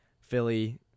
Philly